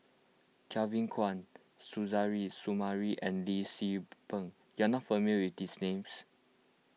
Kevin Kwan Suzairhe Sumari and Lee Tzu Pheng you are not familiar with these names